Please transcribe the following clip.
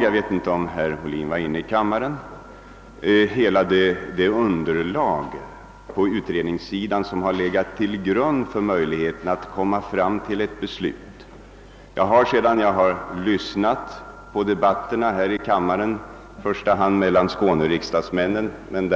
Jag vet inte om herr Ohlin var inne i kammaren när jag redovisade hela det utredningsmaterial som legat till grund för ett beslut. Efter debatterna här i kammaren tidigare mellan i första hand Skånes riksdagsmän — även